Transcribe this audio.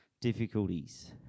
difficulties